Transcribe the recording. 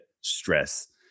stress